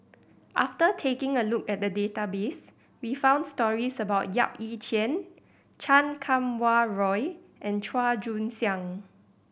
after taking a look at the database we found stories about Yap Ee Chian Chan Kum Wah Roy and Chua Joon Siang